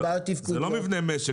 ובעיות תפקודיות --- זה לא מבנה משק שלנו.